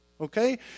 Okay